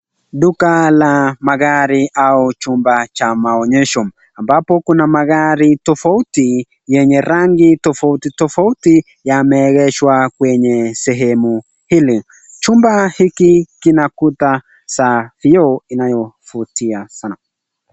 Duka la magari au chumba cha maonyesho ambapo kuna magari tofauti yenye rangi tofauti tofauti yameegeshwa kwenye sehemu hili. Chumba hiki kina kuta za vioo inayovutia sana.